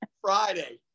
friday